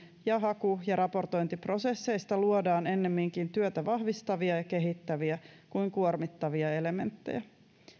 ja haku ja raportointiprosesseista luodaan ennemminkin työtä vahvistavia ja kehittäviä kuin kuormittavia elementtejä